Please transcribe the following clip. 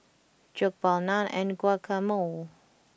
Jokbal Naan and Guacamole